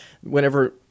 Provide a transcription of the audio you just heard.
whenever—